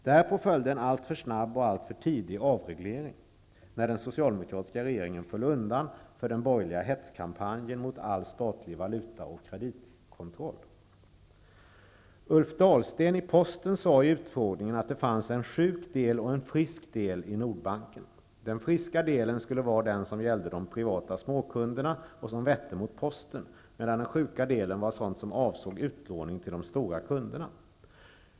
Därpå följde en alltför snabb och alltför tidig avreglering när den socialdemokratiska regeringen föll undan för den borgerliga hetskampanjen mot all statlig valuta och kreditkontroll. Postens Ulf Dahlsten sade vid utfrågningen att det fanns en sjuk och en frisk del i Nordbanken. Den friska delen skulle vara den del som gällde de privata småkunderna och som vette mot Posten. Den sjuka delen däremot var sådant som avsåg utlåning till de stora kunderna.